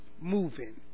moving